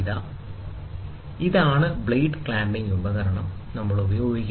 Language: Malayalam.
എന്നിട്ട് ഇതാണ് ബ്ലേഡ് ക്ലാമ്പിംഗ് ഉപകരണം നമ്മൾ ഉപയോഗിക്കുന്നത്